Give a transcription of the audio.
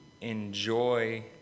enjoy